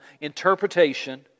interpretation